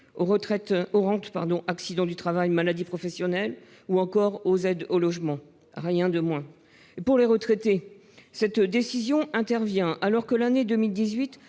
aux rentes accident du travail-maladie professionnelle ou encore aux aides au logement : rien de moins ! Pour les retraités, cette décision intervient alors que l'année 2018